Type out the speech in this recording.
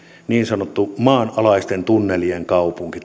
niin sanottu maanalaisten tunnelien kaupunki